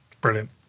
Brilliant